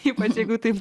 juk jeigu taip